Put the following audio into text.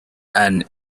and